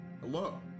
Hello